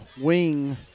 wing